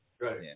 Right